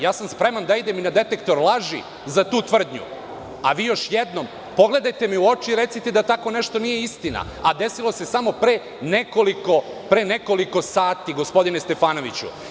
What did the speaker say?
Ja sam spreman da idem i na detektor laži za tu tvrdnju, a vi još jednom, pogledajte mi u oči i recite da tako nešto nije istina, a desilo se samo pre nekoliko sati, gospodine Stefanoviću.